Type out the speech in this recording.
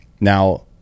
Now